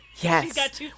Yes